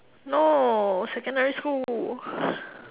no secondary school